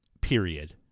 period